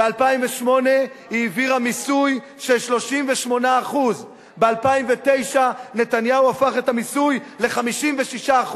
ב-2008 היא העבירה מיסוי של 38%. ב-2009 נתניהו הפך את המיסוי ל-56%.